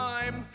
Time